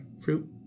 fruit